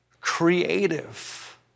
creative